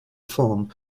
film